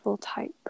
type